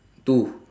two